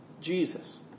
Jesus